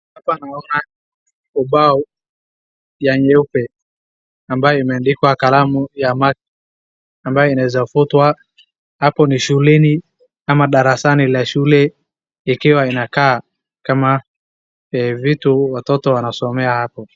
Hapa naona ubao ya nyeupe ambayo imeandikwa kalamu ya maji ambayo inaweza futwa. Hapo ni shuleni ama darasani la shule ikiwa inakaa kama vitu watoto wanasomea hapo.